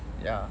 ya